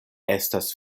estas